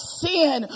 sin